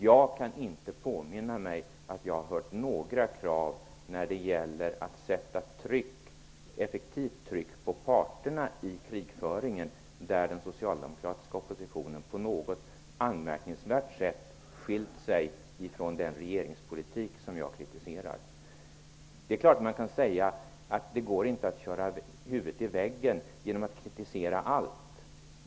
Jag kan inte påminna mig om att jag, när det gäller att sätta effektivt tryck på parterna i krigföringen, har hört några krav där den socialdemokratiska oppositionen på något anmärkningsvärt sätt har skiljt sig från den regeringspolitik som jag kritiserar. Det är klart att man kan säga att det inte går att köra huvudet i väggen genom att kritisera allt.